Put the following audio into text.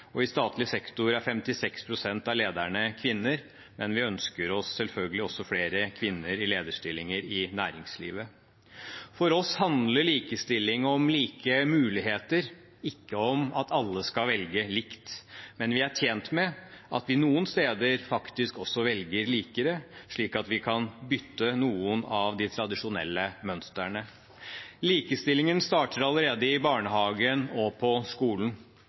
I statlig sektor er 56 pst. av lederne kvinner, men vi ønsker oss selvfølgelig også flere kvinner i lederstillinger i næringslivet. For oss handler likestilling om like muligheter, ikke om at alle skal velge likt. Men vi er tjent med at vi noen steder faktisk også velger likere, slik at vi kan bryte noen av de tradisjonelle mønstrene. Likestillingen starter allerede i barnehagen og på skolen.